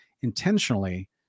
intentionally